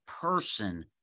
person